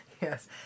Yes